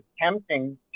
attempting